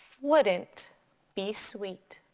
wouldn't be sweet.